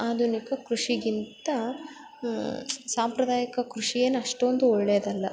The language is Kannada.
ಆಧುನಿಕ ಕೃಷಿಗಿಂತ ಸಾಂಪ್ರದಾಯಿಕ ಕೃಷಿ ಏನು ಅಷ್ಟೊಂದು ಒಳ್ಳೇದಲ್ಲ